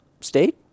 state